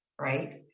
right